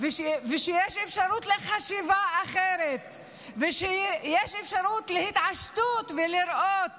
ויש אפשרות לחשיבה אחרת ויש אפשרות להתעשתות ולראות